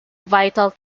vital